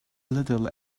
little